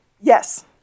Yes